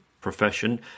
profession